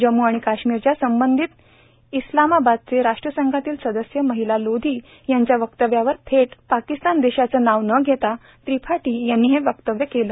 जम्मू आणि काश्मीरच्या संबंधित इस्लामाबादचे राष्ट्रसंघातील सदस्य मलिहा लोधी यांच्या वक्तव्यावर थेट पाकिस्तान देशाचं नाव न घेता त्रिपाठी यांनी हे वक्तव्य परिषदेत केलं